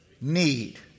need